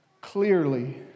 clearly